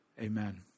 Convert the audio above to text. Amen